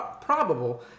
probable